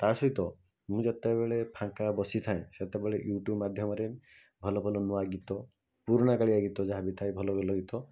ତା' ସହିତ ମୁଁ ଯେତେବେଳେ ଫାଙ୍କା ବସିଥାଏ ସେତେବେଳେ ୟୁଟ୍ୟୁବ୍ ମାଧ୍ୟମରେ ଭଲ ଭଲ ନୂଆ ଗୀତ ପୂରୁଣା କାଳିଆ ଗୀତ ଯାହାବି ଥାଏ ଭଲ ଭଲ ଗୀତ